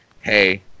hey